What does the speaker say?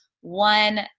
one